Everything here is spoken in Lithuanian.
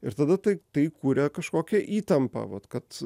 ir tada tai tai kuria kažkokią įtampą vat kad